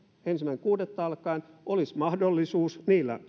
ensimmäinen kuudetta alkaen olisi mahdollisuus